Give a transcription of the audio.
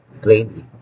plainly